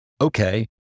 Okay